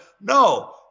No